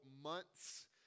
months